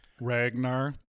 ragnar